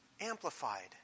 amplified